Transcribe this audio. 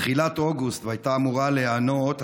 בתחילת אוגוסט והייתה אמורה להיענות,